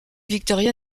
victoria